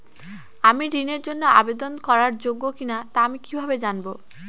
আমি ঋণের জন্য আবেদন করার যোগ্য কিনা তা আমি কীভাবে জানব?